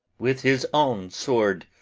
with his own sword,